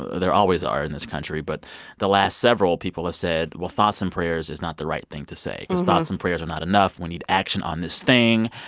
there always are in this country. but the last several people have said, well, thoughts and prayers is not the right thing to say because thoughts and prayers are not enough. we need action on this thing.